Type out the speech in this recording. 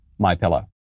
MyPillow